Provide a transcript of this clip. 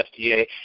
FDA